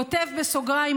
כותב בסוגריים,